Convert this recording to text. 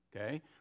Okay